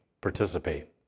participate